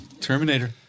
Terminator